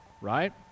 Right